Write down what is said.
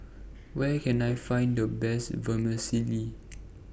Where Can I Find The Best Vermicelli